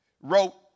wrote